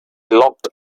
locked